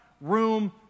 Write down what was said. room